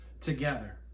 together